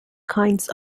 kinds